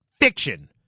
fiction